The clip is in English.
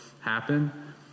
happen